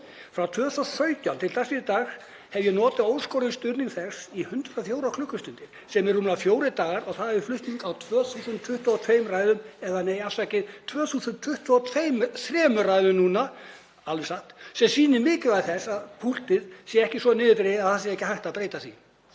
árinu 2017 og til dagsins í dag hef ég notið óskoraðs stuðnings þess í 104 klukkustundir, sem eru rúmlega fjórir dagar, við flutning á 2.022 ræðum — nei, afsakið, 2.023 ræðum núna, alveg satt, sem sýnir mikilvægi þess að púltið sé ekki svo niðurdregið að það sé ekki hægt að breyta því.